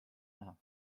näha